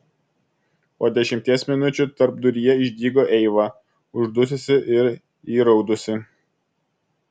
po dešimties minučių tarpduryje išdygo eiva uždususi ir įraudusi